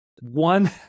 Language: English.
one